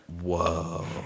Whoa